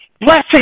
blessing